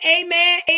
amen